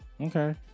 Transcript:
Okay